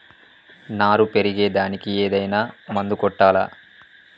నారు పెరిగే దానికి ఏదైనా మందు కొట్టాలా?